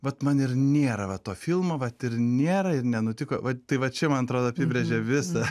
vat man ir nėra va to filmo vat ir nėra ir nenutiko va tai va čia man atrodo apibrėžia visą